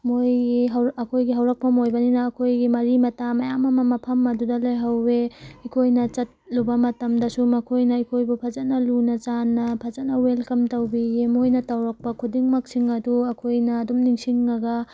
ꯃꯣꯏꯒꯤ ꯑꯩꯈꯣꯏꯒꯤ ꯍꯧꯔꯛꯐꯝ ꯑꯣꯏꯕꯅꯤꯅ ꯑꯩꯈꯣꯏꯒꯤ ꯃꯔꯤ ꯃꯇꯥ ꯃꯌꯥꯝ ꯑꯃ ꯃꯐꯝ ꯑꯗꯨꯗ ꯂꯩꯍꯧꯋꯦ ꯑꯩꯈꯣꯏꯅ ꯆꯠꯂꯨꯕ ꯃꯇꯝꯗꯁꯨ ꯃꯈꯣꯏꯅ ꯑꯩꯈꯣꯏꯕꯨ ꯐꯖꯅ ꯂꯨꯅ ꯆꯥꯟꯅ ꯐꯖꯅ ꯋꯦꯜꯀꯝ ꯇꯧꯕꯤꯌꯦ ꯃꯣꯏꯅ ꯇꯧꯔꯛꯄ ꯈꯨꯗꯤꯡꯃꯛꯁꯤꯡ ꯑꯗꯨ ꯑꯩꯈꯣꯏꯅ ꯑꯗꯨꯝ ꯅꯤꯡꯁꯤꯡꯉꯒ